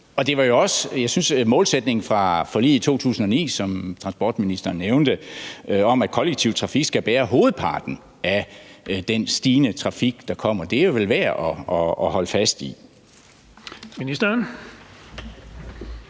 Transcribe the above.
Jeg synes, at målsætningen fra forliget i 2009, som transportministeren nævnte, om, at kollektiv trafik skal bære hovedparten af den stigende trafik, der kommer, er værd at holde fast i. Kl.